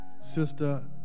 Sister